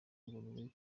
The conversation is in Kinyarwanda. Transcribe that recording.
ingurube